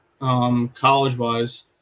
college-wise